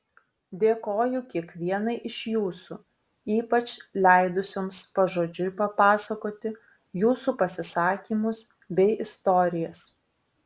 dėkoju kiekvienai iš jūsų ypač leidusioms pažodžiui papasakoti jūsų pasisakymus bei istorijas